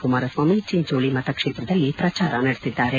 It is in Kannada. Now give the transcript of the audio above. ಕುಮಾರಸ್ವಾಮಿ ಚೆಂಚೋಳಿ ಮತಕ್ಷೇತ್ರದಲ್ಲಿ ಪ್ರಚಾರ ನಡೆಸಿದ್ದಾರೆ